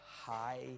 high